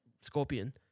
Scorpion